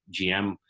GM